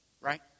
Right